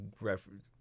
reference